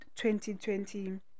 2020